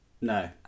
No